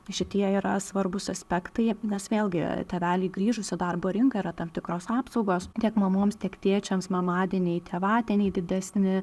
šitie yra svarbūs aspektai nes vėlgi tėveliai grįžus į darbo rinką yra tam tikros apsaugos tiek mamoms tiek tėčiams mamadieniai tėvadieniai didesni